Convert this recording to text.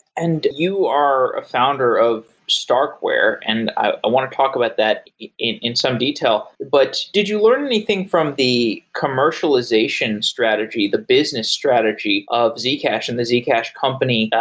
and you are a founder of starkware, and i want to talk about that in in some detail. but did you learn anything from the commercialization strategy, the business strategy of zcash and the zcash company?